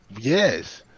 Yes